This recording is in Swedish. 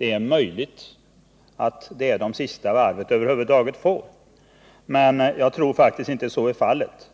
Det är möjligt att detta är de sista order varvet över huvud taget får. Men jag tror inte att så är fallet.